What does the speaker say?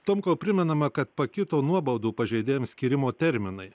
tamkau primenama kad pakito nuobaudų pažeidėjams skyrimo terminai